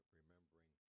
remembering